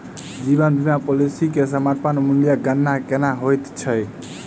जीवन बीमा पॉलिसी मे समर्पण मूल्यक गणना केना होइत छैक?